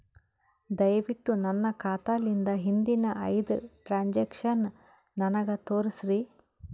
ದಯವಿಟ್ಟು ನನ್ನ ಖಾತಾಲಿಂದ ಹಿಂದಿನ ಐದ ಟ್ರಾಂಜಾಕ್ಷನ್ ನನಗ ತೋರಸ್ರಿ